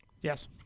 Yes